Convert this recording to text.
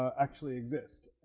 actually exist